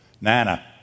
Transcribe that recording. Nana